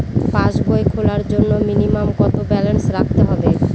পাসবই খোলার জন্য মিনিমাম কত ব্যালেন্স রাখতে হবে?